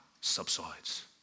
subsides